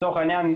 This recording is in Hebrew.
לצורך העניין,